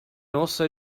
also